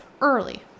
early